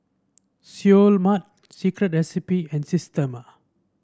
Seoul Mart Secret Recipe and Systema